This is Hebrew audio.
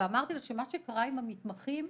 אמרתי לה שמה שקרה עם המתמחים,